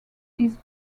his